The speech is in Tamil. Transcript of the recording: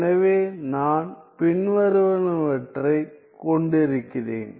எனவே நான் பின்வருவனவற்றைக் கொண்டிருக்கிறேன்